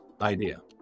idea